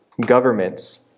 Government's